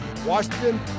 Washington